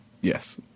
Yes